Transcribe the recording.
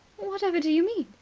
whatever do you mean?